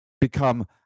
become